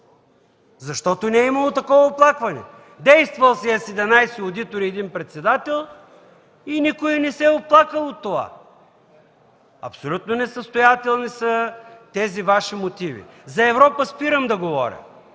модела. Не е имало такова оплакване. Действал си е с 11 одитори и един председател, и никой не се е оплакал от това. Абсолютно несъстоятелни са тези Ваши мотиви. За Европа спирам да говоря!